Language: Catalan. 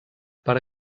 per